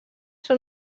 són